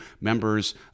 members